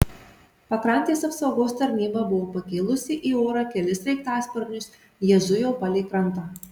pakrantės apsaugos tarnyba buvo pakėlusi į orą kelis sraigtasparnius jie zujo palei krantą